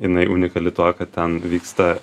jinai unikali tuo kad ten vyksta